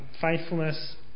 faithfulness